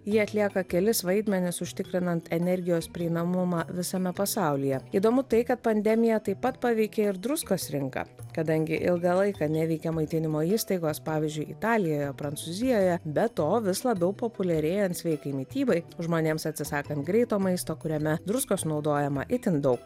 jie atlieka kelis vaidmenis užtikrinant energijos prieinamumą visame pasaulyje įdomu tai kad pandemija taip pat paveikė ir druskos rinką kadangi ilgą laiką neveikė maitinimo įstaigos pavyzdžiui italijoje prancūzijoje be to vis labiau populiarėjant sveikai mitybai žmonėms atsisakant greito maisto kuriame druskos naudojama itin daug